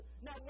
Now